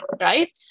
right